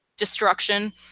destruction